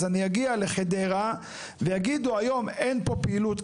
אז אני אגיד לחדרה ויגידו היום אין פה פעילות,